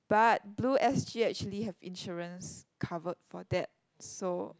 but Blue S_G actually have insurance covered for that so